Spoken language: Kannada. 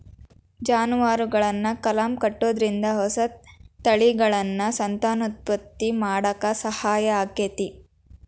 ಜಾನುವಾರುಗಳನ್ನ ಕಲಂ ಕಟ್ಟುದ್ರಿಂದ ಹೊಸ ತಳಿಗಳನ್ನ ಸಂತಾನೋತ್ಪತ್ತಿ ಮಾಡಾಕ ಸಹಾಯ ಆಕ್ಕೆತಿ